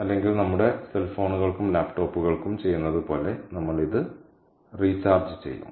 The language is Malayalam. അല്ലെങ്കിൽ നമ്മുടെ സെൽ ഫോണുകൾക്കും ലാപ്ടോപ്പുകൾക്കും ചെയ്യുന്നതുപോലെ നമ്മൾ ഇത് റീചാർജ് ചെയ്യും